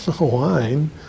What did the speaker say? wine